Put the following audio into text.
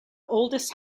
oldest